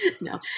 No